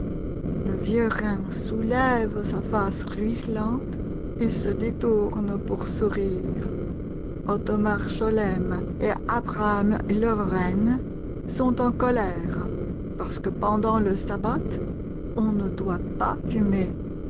le vieux rhin soulève sa face ruisselante et se détourne pour sourire ottomar scholem et abraham loeweren sont en colère parce que pendant le sabbat on ne doit pas fumer